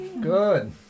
Good